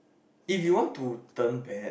if you want to turn bad